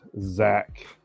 Zach